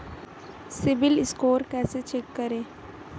CIBIL score कैसे check करें?